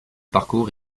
parcours